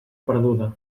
perduda